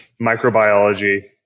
microbiology